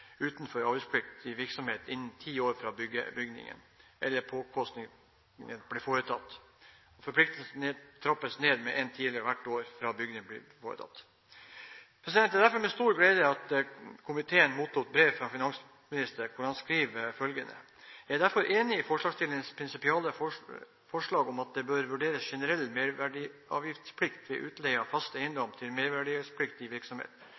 utenfor avgiftspliktig virksomhet innen ti år fra byggingen eller påkostningen ble foretatt. Forpliktelsen trappes ned med en tidel hvert år fra byggingen ble foretatt. Det var derfor med stor glede at komiteen mottok brev fra finansministeren, hvor han skriver følgende: «Jeg er derfor enig i forslagsstillernes prinsipale forslag om at det bør vurderes generell merverdiavgiftsplikt ved utleie av fast eiendom til merverdiavgiftspliktig virksomhet.